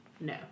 no